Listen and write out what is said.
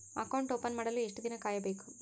Account open ಮಾಡಲು ಎಷ್ಟು ದಿನ ಕಾಯಬೇಕು?